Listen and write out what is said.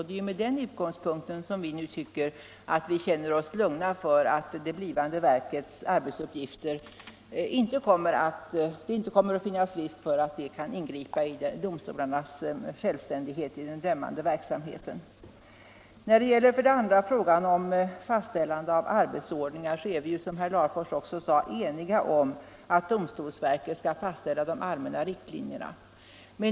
Det är med den utgångspunkten som vi tycker att det inte kommer att finnas risk för att det blivande verkets arbetsuppgifter skall ingripa i domstolarnas självständighet i fråga om den dömande verksamheten. För det andra är vi, som herr Larfors också sade, eniga om att domstolsverket skall fastställa de allmänna riktlinjerna vad beträffar arbetsordningarna.